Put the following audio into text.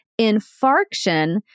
Infarction